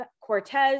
Cortez